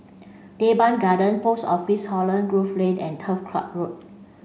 Teban Garden Post Office Holland Grove Lane and Turf Ciub Road